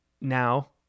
now